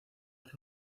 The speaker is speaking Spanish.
las